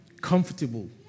comfortable